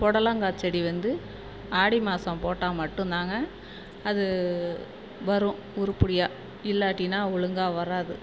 பொடலங்காய் செடி வந்து ஆடி மாதம் போட்டால் மட்டும்தாங்க அது வரும் உருப்படியா இல்லாட்டினால் ஒழுங்கா வராது